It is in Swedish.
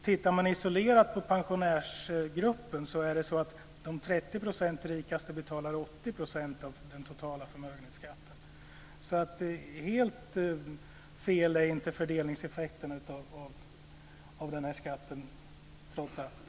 Tittar man isolerat på pensionärsgruppen ser man att 30 % av de rikaste betalar 80 % av den totala förmögenhetsskatten. Helt fel är alltså inte fördelningseffekten av den här skatten, trots allt.